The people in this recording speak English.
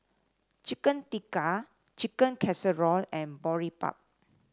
Chicken Tikka Chicken Casserole and Boribap